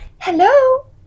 Hello